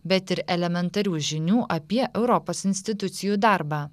bet ir elementarių žinių apie europos institucijų darbą